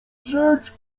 rzecz